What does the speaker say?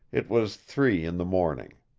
it was three in the morning.